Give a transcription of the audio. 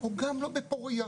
או גם לא בפורייה,